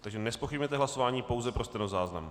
Takže nezpochybňujete hlasování, pouze pro stenozáznam?